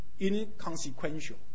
inconsequential